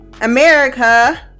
america